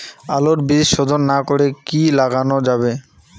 আলুর বীজ শোধন না করে কি লাগানো যাবে?